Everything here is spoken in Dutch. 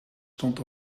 stond